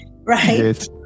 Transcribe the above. right